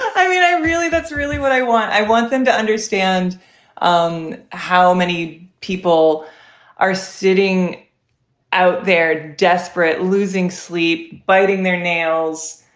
i mean, i really that's really what i want i want them to understand um how many people are sitting out there desperate, losing sleep, biting their nails,